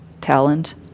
talent